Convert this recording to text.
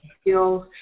skills